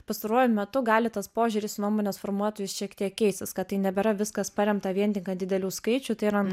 pastaruoju metu gali tas požiūris į nuomonės formuotojus šiek tiek keistis kad tai nebėra viskas paremta vien tik didelių skaičių tai yra